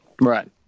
Right